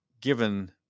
given